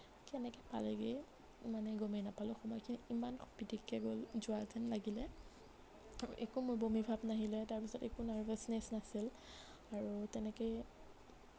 কেনেকৈ পালেগৈ মানে গমেই নাপালোঁ সময়খিনি ইমান পিটিককে গ'ল যোৱা যেন লাগিলে আৰু একো মোৰ বমি ভাৱ নাহিলে তাৰ পিছত একো নাৰ্ভাচনেছ নাছিল আৰু তেনেকেই